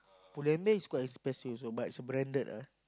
Pull-and-Bear is quite expensive also but it's a branded lah